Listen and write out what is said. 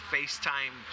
FaceTime